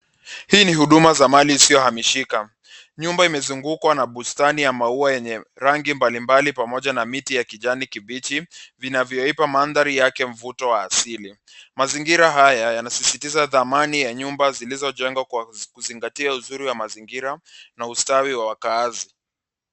Hii ni huduma za mali isiyohamishika, nyumba imezungukwa na bustani ya maua yenye rangi mbalimbali pamoja na miti ya kijani kibichi, vinavyoipa mandhari yake mvuto wa asili. Mazingira haya yanasisitiza thamani ya nyumba zilizojengwa kwa kuzingatia uzuri wa mazingira na ustawi wa wakazi.